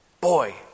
boy